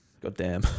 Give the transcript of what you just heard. goddamn